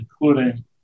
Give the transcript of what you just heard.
including